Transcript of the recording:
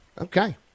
Okay